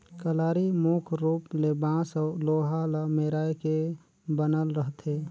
कलारी मुख रूप ले बांस अउ लोहा ल मेराए के बनल रहथे